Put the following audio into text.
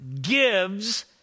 gives